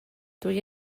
dwi